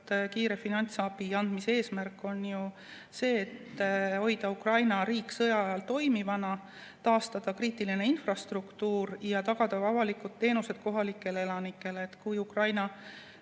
kiire finantsabi andmise eesmärk on ju see, et hoida Ukraina riik sõja ajal toimivana, taastada kriitiline infrastruktuur ja tagada avalikud teenused kohalikele elanikele. Kui Ukraina